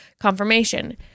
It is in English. confirmation